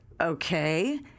okay